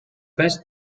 best